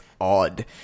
odd